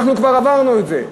אנחנו כבר עברנו את זה.